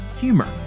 humor